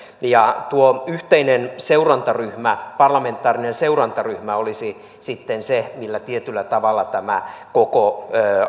ja tuo yhteinen seurantaryhmä parlamentaarinen seurantaryhmä olisi sitten se millä tietyllä tavalla tämä koko